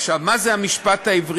עכשיו, מה זה המשפט העברי?